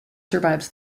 survives